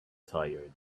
tired